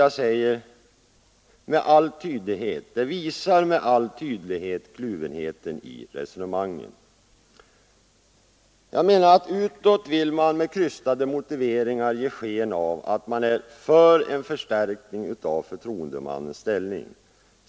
Jag tycker att detta med all tydlighet visar kluvenheten i resonemangen. Utåt vill man med krystade motiveringar ge sken av att man är för en förstärkning av förtroendemannens ställning.